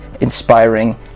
inspiring